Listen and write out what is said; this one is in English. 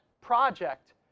project